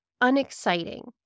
unexciting